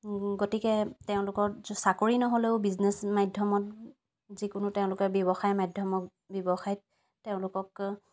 গতিকে তেওঁলোকৰ চাকৰি নহ'লেও বিজনেছ মাধ্যমত যিকোনো তেওঁলোকে ব্যৱসায় মাধ্যমত ব্যৱসায়ত তেওঁলোকক